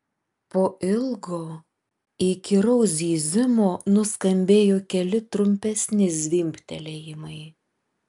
po ilgo įkyraus zyzimo nuskambėjo keli trumpesni zvimbtelėjimai